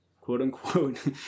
quote-unquote